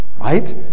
right